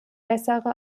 bessere